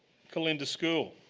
calinda school?